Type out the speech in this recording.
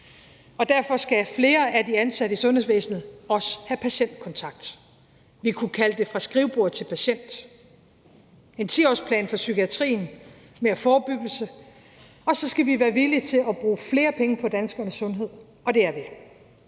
Derfor skal flere af de ansatte i sundhedsvæsenet også have patientkontakt. Vi kunne kalde det fra skrivebord til patient. Vi skal have en 10-årsplan for psykiatrien, mere forebyggelse, og så skal vi være villige til at bruge flere penge på danskernes sundhed, og det er vi.